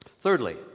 Thirdly